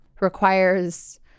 requires